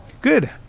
Good